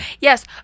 Yes